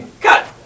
Cut